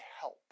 help